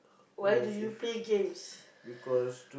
why do you play games